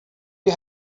you